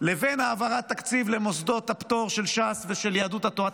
לבין העברת תקציב למוסדות הפטור של ש"ס ויהדות התורה,